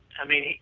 i mean,